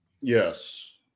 Yes